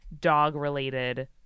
dog-related